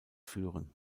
führen